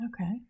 Okay